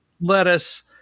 lettuce